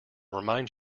remind